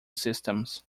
systems